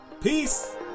peace